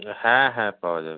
হ্যাঁ হ্যাঁ পাওয়া যাবে